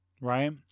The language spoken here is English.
Right